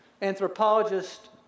anthropologist